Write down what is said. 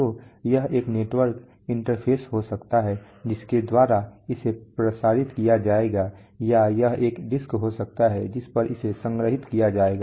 तो यह एक नेटवर्क इंटरफ़ेस हो सकता है जिसके द्वारा इसे प्रसारित किया जाएगा या यह एक डिस्क हो सकती है जिस पर इसे संग्रहीत किया जाएगा